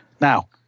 Now